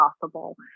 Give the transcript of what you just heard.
possible